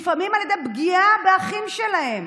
לפעמים על ידי פגיעה באחים שלהם,